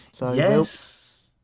Yes